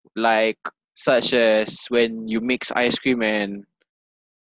like such as when you mix ice cream and